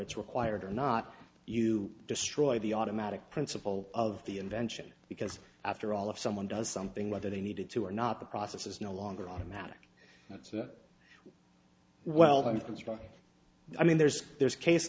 it's required or not you destroy the automatic principle of the invention because after all if someone does something whether they needed to or not the process is no longer automatic that's not well i mean construct i mean there's there's case